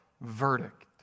Verdict